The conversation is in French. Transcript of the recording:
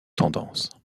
tendance